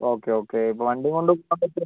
okay okay ഇപ്പോൾ വണ്ടിയുംകൊണ്ട് പോകാൻ പറ്റിയ